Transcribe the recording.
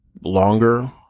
longer